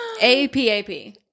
APAP